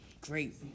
great